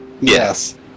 Yes